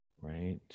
Right